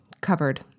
covered